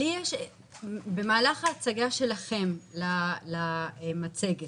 במהלך ההצגה שלכם את המצגת